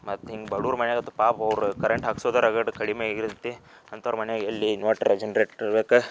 ಮತ್ತು ಹಿಂಗೆ ಬಡ್ವರ ಮನೆತಾ ಪಾಪ ಅವರು ಕರೆಂಟ್ ಹಾಕ್ಸೋದು ರಗಡ್ ಕಡಿಮೆ ಆಗಿರುತ್ತೆ ಅಂಥೋರ ಮನೇಲಿ ಎಲ್ಲಿ ಇನ್ವರ್ಟರ್ ಜನ್ರೇಟರ್ ಇರ್ಬೇಕು